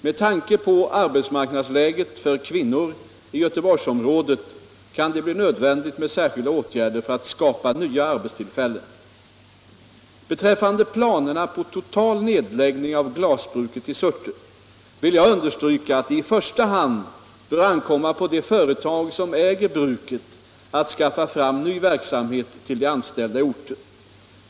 Med tanke på arbetsmarknadsläget för kvinnor i Göteborgsområdet kan det bli nödvändigt med särskilda åtgärder för att skapa nya arbetstillfällen. Beträffande planerna på total nedläggning av glasbruket i Surte vill jag understryka att det i första hand bör ankomma på det företag som äger bruket att skaffa fram ny verksamhet till de anställda i orten.